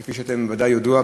כפי שוודאי ידוע,